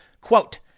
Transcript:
quote